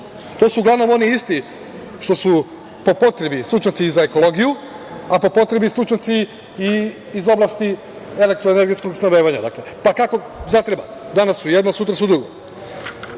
To su uglavnom oni isti što su po potrebi stručnjaci za ekologiju, a po potrebi stručnjaci i iz oblasti elektro-energetskog snabdevanja. Pa kako zatreba, danas su jedno, sutra su drugo. Nisam